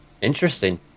Interesting